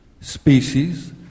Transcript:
species